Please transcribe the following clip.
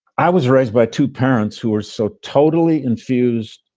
i was raised by two parents who were so totally infused,